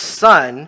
son